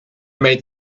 made